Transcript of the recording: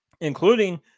including –